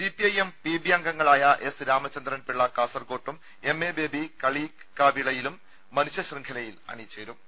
CPIM P B അംഗങ്ങളായ S Ramachandran Pillai കാസർകോട്ടും MA Baby കളിയിക്കാവിളയിലും മനുഷ്യ ശൃംഖലയിൽ അണിചേരൂം